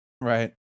right